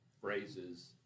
phrases